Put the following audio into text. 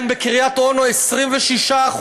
כן, בקריית-אונו 26%,